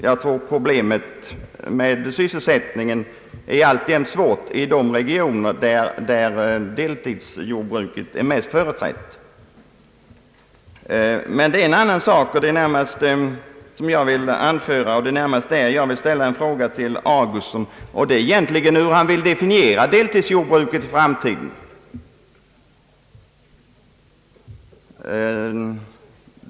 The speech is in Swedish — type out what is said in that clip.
Jag tror att problemet med sysselsättningen alltjämt är svårt i de regioner där deltidsjordbruket är mest företrätt. Jag vill ställa en fråga till herr Augustsson, och det är hur han vill definiera deltidsjordbruket i framtiden.